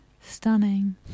Stunning